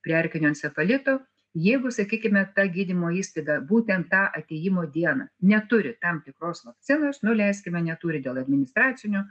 prie erkinio encefalito jeigu sakykime ta gydymo įstaiga būtent tą atėjimo dieną neturi tam tikros vakcinos nu leiskime neturi dėl administracinių